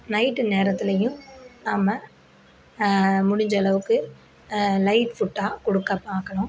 night நேரத்திலையும் நம்ம முடிஞ்சளவுக்கு லைட் ஃபுட்டாக கொடுக்க பார்க்கணும்